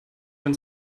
when